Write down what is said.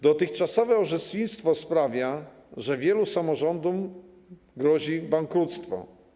Dotychczasowe orzecznictwo sprawia, że wielu samorządom grozi bankructwo.